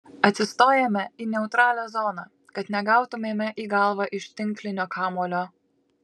atsistojame į neutralią zoną kad negautumėme į galvą iš tinklinio kamuolio